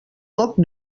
poc